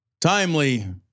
timely